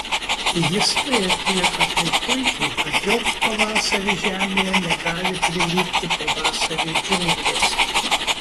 jis tai atlieka taip puikiai kad joks pavasaris žemėje negali prilygti pavasariui džiunglėse